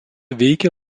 veikė